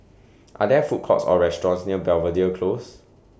Are There Food Courts Or restaurants near Belvedere Close